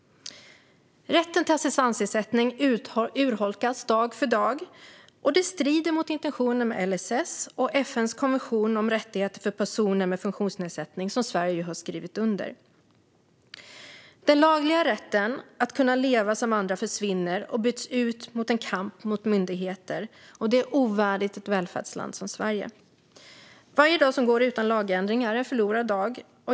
Rätten till assistansersättning urholkas dag för dag. Det strider mot intentionen med LSS och FN:s konvention om rättigheter för personer med funktionsnedsättning, som Sverige ju har skrivit under. Den lagliga rätten att kunna leva som andra försvinner och byts ut mot en kamp mot myndigheter. Detta är ovärdigt ett välfärdsland som Sverige. Varje dag som går utan lagändring är en förlorad dag.